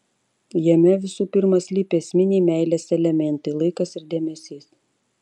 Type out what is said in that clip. jame visų pirma slypi esminiai meilės elementai laikas ir dėmesys